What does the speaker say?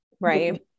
right